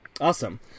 Awesome